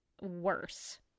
worse